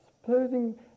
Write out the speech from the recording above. supposing